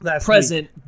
present